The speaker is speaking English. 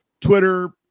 Twitter